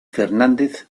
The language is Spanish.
fernández